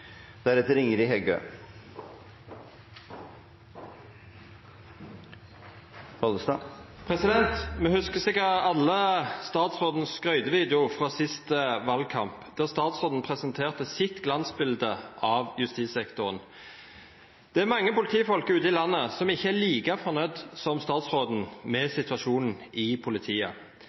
valgkamp, der statsråden presenterte sitt glansbilde av justissektoren. Det er mange politifolk ute i landet som ikke er like fornøyde som statsråden med situasjonen i politiet.